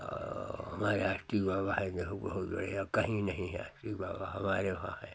औ हमारे अष्टी बाबा हैं जो बहुत बढ़िया कहीं नहीं हैं अस्टी बाबा हमारे वहाँ हैं